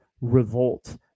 revolt